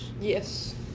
Yes